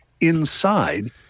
inside